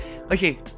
okay